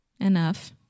Enough